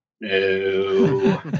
no